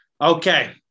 Okay